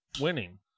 winning